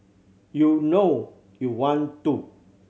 you know you want to